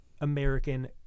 American